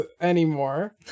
anymore